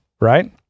right